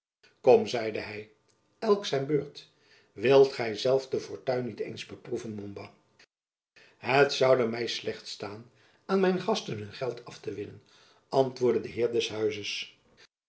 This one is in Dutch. kom zeide hy elk zijn beurt wilt gy zelf de fortuin niet eens beproeven montbas het zoude my slecht staan aan mijn gasten hun geld af te winnen antwoordde de heer des huizes